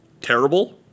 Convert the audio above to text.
terrible